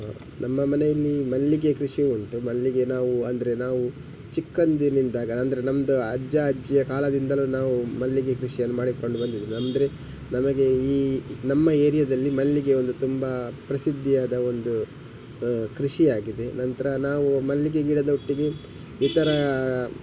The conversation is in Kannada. ನಮ್ಮ ಮನೆಯಲ್ಲಿ ಮಲ್ಲಿಗೆ ಕೃಷಿ ಉಂಟು ಮಲ್ಲಿಗೆ ನಾವು ಅಂದರೆ ನಾವು ಚಿಕ್ಕಂದಿನಿಂದಾಗ ಅಂದರೆ ನಮ್ಮದು ಅಜ್ಜ ಅಜ್ಜಿಯ ಕಾಲದಿಂದಲು ನಾವು ಮಲ್ಲಿಗೆ ಕೃಷಿಯನ್ನು ಮಾಡಿಕೊಂಡು ಬಂದಿದ್ದು ಅಂದರೆ ನಮಗೆ ಈ ನಮ್ಮ ಏರ್ಯದಲ್ಲಿ ಮಲ್ಲಿಗೆ ಒಂದು ತುಂಬಾ ಪ್ರಸಿದ್ಧಿಯಾದ ಒಂದು ಕೃಷಿಯಾಗಿದೆ ನಂತರ ನಾವು ಮಲ್ಲಿಗೆ ಗಿಡದೊಟ್ಟಿಗೆ ಈ ಥರ